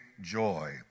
joy